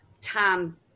time